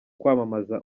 kwamamaza